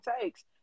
takes